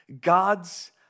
God's